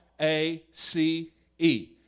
A-C-E